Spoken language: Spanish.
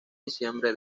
diciembre